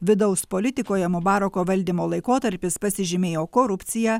vidaus politikoje mubarako valdymo laikotarpis pasižymėjo korupcija